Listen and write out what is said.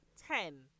ten